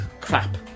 Crap